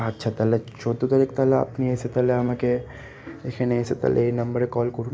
আচ্ছা তাহলে চৌদ্দ তারিখ তাহলে আপনি এসে তাহলে আমাকে এখানে এসে তাহলে এই নম্বরে কল করুন